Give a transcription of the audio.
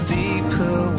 deeper